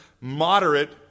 moderate